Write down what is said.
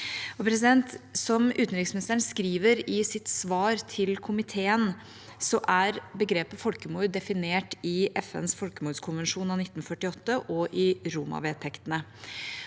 Som utenriksministeren skriver i sitt svar til komiteen, er begrepet folkemord definert i FNs folkemordkonvensjon av 1948 og i Roma-vedtektene.